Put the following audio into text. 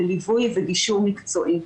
בליווי וגישור מקצועי.